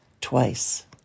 twice